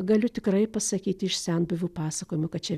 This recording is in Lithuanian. galiu tikrai pasakyti iš senbuvių pasakojimų kad čia